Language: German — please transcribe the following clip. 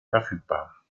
verfügbar